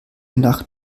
nach